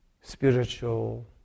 spiritual